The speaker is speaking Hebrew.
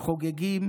חוגגים